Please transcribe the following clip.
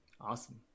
Awesome